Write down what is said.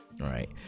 Right